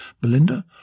Belinda